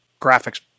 graphics